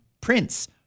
Prince